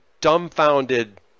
dumbfounded